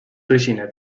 tõsine